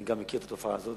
אני מכיר את התופעה הזאת.